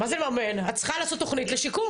את צריכה לעשות תוכנית לשיקום.